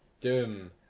Doom